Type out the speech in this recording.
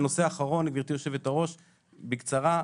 והנושא האחרון, גברתי יושבת הראש, בקצרה.